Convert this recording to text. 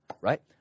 right